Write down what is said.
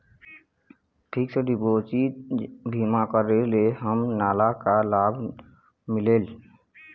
Fix deposit बीमा करे ले हमनला का लाभ मिलेल?